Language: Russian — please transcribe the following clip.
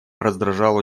раздражал